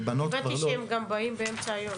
הבנתי שהם גם באים באמצע היום.